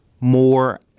more